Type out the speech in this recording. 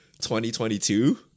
2022